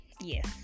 Yes